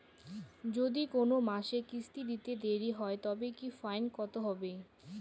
যদি কোন মাসে কিস্তি দিতে দেরি হয় তবে কি ফাইন কতহবে?